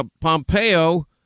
Pompeo